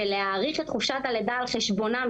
ולהאריך את חופשת הלידה על חשבונה,